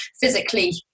physically